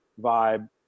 vibe